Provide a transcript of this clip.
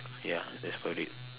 ya that's about it